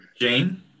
Jane